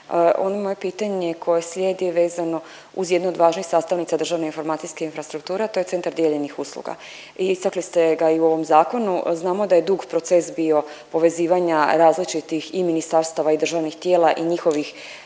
Ovo moje pitanje koje slijedi vezano uz jednu od važnih sastavnica državne informacijske infrastrukture, a to je Centar dijeljenih usluga i istakli ste ga i u ovom zakonu. Znamo da je dug proces bio povezivanja različitih i ministarstava i državnih tijela i njihovih